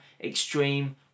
extreme